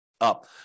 Up